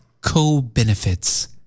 co-benefits